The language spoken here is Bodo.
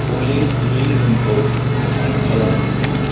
अलि ड्रयिं रुमखौ गोथां खालाम